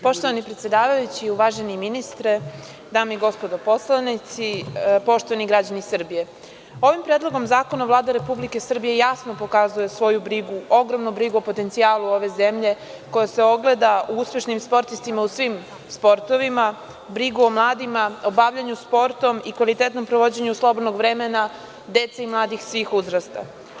Poštovani predsedavajući, uvaženi ministre, dame i gospodo poslanici, poštovani građani Srbije, ovim Predlogom zakona Vlada Republika Srbije jasno pokazuje svoju brigu, ogromnu brigu o potencijalu ove zemlje, koji se ogleda u uspešnim sportistima u svim sportovima, brigu o mladima, o bavljenju sportom i kvalitetnom provođenju slobodnog vremena dece i mladih svih uzrasta.